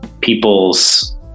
people's